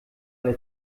alle